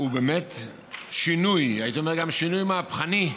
באמת שינוי, הייתי אומר גם שינוי מהפכני,